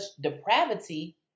depravity